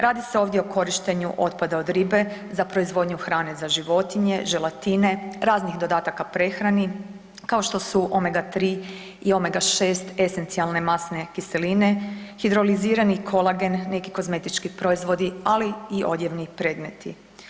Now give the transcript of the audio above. Radi se ovdje o korištenju otpada od ribe za proizvodnju hrane za životinje, želatine, raznih dodataka prehrani kao što su OMEGA3 i OMEGA6 esencijalne masne kiseline, hidrolizirani kolagen, neki kozmetički proizvodi ali i odjevni predmeti.